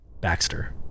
Baxter